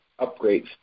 upgrades